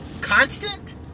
Constant